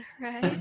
Right